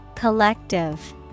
Collective